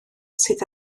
sydd